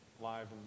live